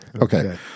Okay